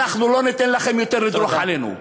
אנחנו לא ניתן לכם יותר לדרוך עלינו.